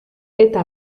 eta